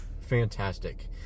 fantastic